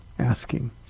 asking